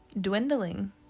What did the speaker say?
dwindling